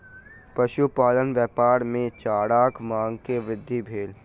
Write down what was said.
पशुपालन व्यापार मे चाराक मांग मे वृद्धि भेल